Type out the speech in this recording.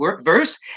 verse